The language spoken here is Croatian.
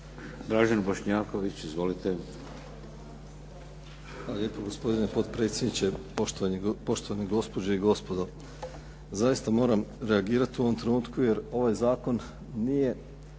Dražen Bošnjaković. Izvolite.